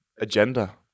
agenda